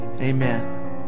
Amen